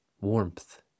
warmth